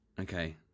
Okay